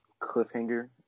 cliffhanger